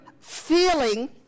feeling